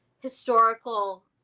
historical